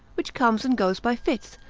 which comes and goes by fits,